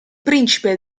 principe